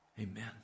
Amen